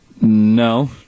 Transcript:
no